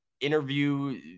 interview